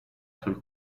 sul